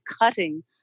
cutting